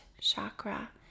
chakra